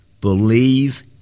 believe